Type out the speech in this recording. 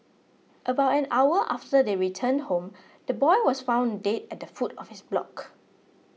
about an hour after they returned home the boy was found dead at the foot of his block